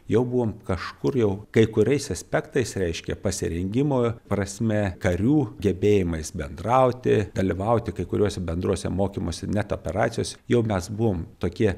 jau buvom kažkur jau kai kuriais aspektais reiškia pasirengimo prasme karių gebėjimais bendrauti dalyvauti kai kuriuose bendruose mokymuose net operacijose jau mes buvom tokie